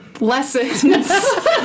lessons